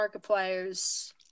Markiplier's